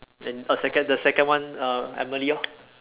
and a second the second one err Emily lor